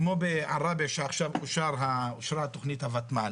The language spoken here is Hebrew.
כמו בעראבה שעכשיו אושרה תכנית הותמ"ל,